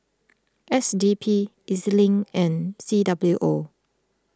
S D P Ez Link and C W O